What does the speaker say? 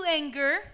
anger